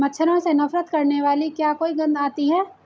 मच्छरों से नफरत करने वाली क्या कोई गंध आती है?